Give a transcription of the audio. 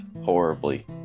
horribly